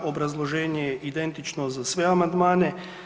Obrazloženje je identično za sve amandmane.